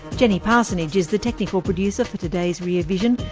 jenny parsonage is the technical producer for today's rear vision,